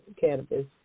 cannabis